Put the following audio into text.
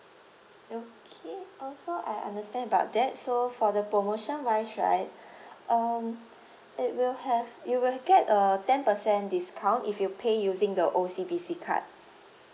okay also I understand but that's so for the promotion wise um it will have you will get a ten percent discount if you pay using the O_C_B_C card